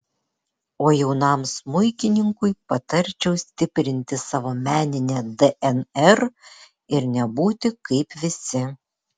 o jaunam smuikininkui patarčiau stiprinti savo meninę dnr ir nebūti kaip visi